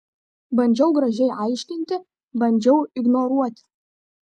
bandžiau gražiai aiškinti bandžiau ignoruoti